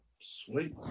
sweet